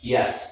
Yes